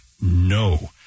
no